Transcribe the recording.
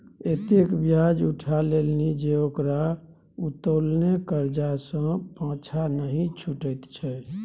एतेक ब्याज उठा लेलनि जे ओकरा उत्तोलने करजा सँ पाँछा नहि छुटैत छै